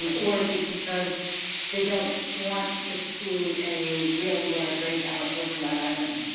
um or because they don't want to see a real war break out over that island.